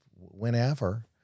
Whenever